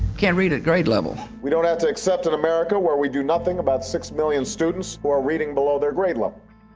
can't read at grade level. we don't have to accept an america where we do nothing about six million students who are reading below their grade level.